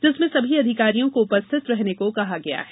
जिसमें सभी अधिकारियों को उपस्थित रहने को कहा गया है